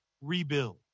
rebuild